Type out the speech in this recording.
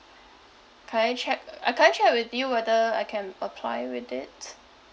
can I check uh uh can I check with you whether I can apply with it